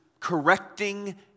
correcting